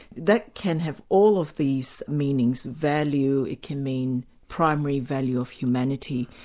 that can have all of these meanings, value, it can mean primary value of humanity,